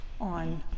on